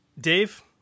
Dave